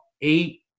eight